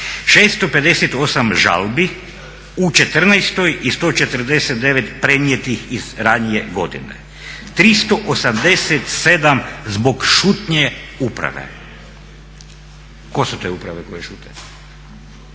658 žalbi u četrnaestoj i 149 prenijetih iz ranije godine. 387 zbog šutnje uprave. Tko su te uprave koje šute?